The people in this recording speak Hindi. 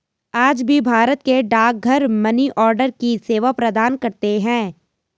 आज भी भारत के डाकघर मनीआर्डर की सेवा प्रदान करते है